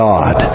God